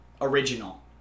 original